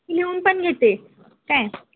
लिहून पण घेते काय